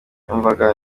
yumvaga